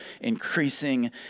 increasing